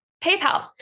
PayPal